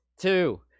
two